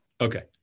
Okay